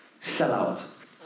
sellout